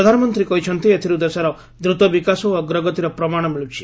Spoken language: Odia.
ପ୍ରଧାନମନ୍ତ୍ରୀ କହିଛନ୍ତି ଏଥିରୁ ଦେଶର ଦ୍ରତ ବିକାଶ ଓ ଅଗ୍ରଗତିର ପ୍ରମାଣ ମିଳୁଛି